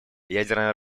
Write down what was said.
ядерное